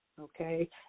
okay